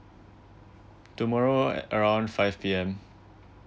tomorrow around five P_M